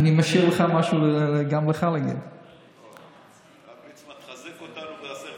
אני עכשיו שואל את עצמי האם הליכוד,